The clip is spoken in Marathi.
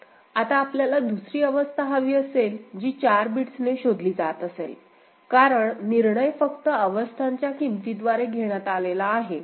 आता आपल्याला दुसरी अवस्था हवी असेल जी 4 बिट्स ने शोधली जात असेल कारण निर्णय फक्त अवस्थांच्या किमतीद्वारे घेण्यात आला आहे